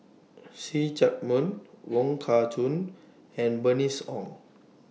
See Chak Mun Wong Kah Chun and Bernice Ong